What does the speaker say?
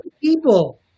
people